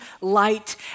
light